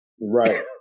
right